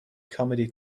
comedy